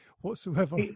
Whatsoever